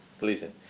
listen